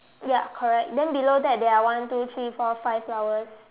ya correct then below that there are one two three four five flowers